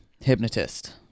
hypnotist